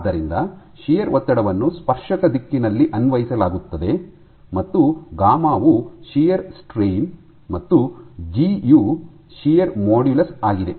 ಆದ್ದರಿಂದ ಶಿಯರ್ ಒತ್ತಡವನ್ನು ಸ್ಪರ್ಶಕ ದಿಕ್ಕಿನಲ್ಲಿ ಅನ್ವಯಿಸಲಾಗುತ್ತದೆ ಮತ್ತು ಗಾಮಾ ವು ಶಿಯರ್ ಸ್ಟ್ರೈನ್ ಮತ್ತು ಜಿ ಯು ಶಿಯರ್ ಮಾಡ್ಯುಲಸ್ ಆಗಿದೆ